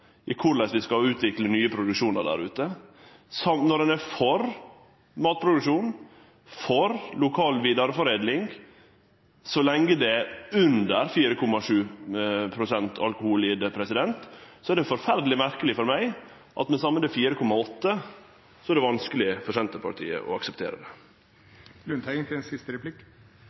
i korleis vi skal utvikle nye produksjonar der ute. Når ein er for matproduksjon, for lokal vidareforedling så lenge det er under 4,7 pst. alkohol i det, er det forferdeleg merkeleg for meg at med det same det er 4,8 pst., er det vanskeleg for Senterpartiet å akseptere det. Jeg kan forsikre statsråden om at når Senterpartiet er skeptisk til